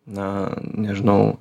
na nežinau